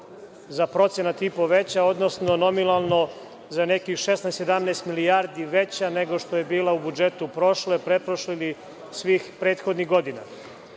za procenat i po veća, odnosno nominalno za nekih 16, 17 milijardi veća nego što je bila u budžetu prošle, pretprošle ili svih prethodnih godina.